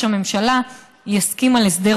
ראש הממשלה,